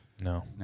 No